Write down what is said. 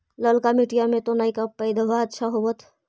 ललका मिटीया मे तो नयका पौधबा अच्छा होबत?